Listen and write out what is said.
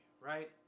right